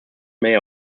may